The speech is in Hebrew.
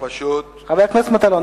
חבר הכנסת מטלון,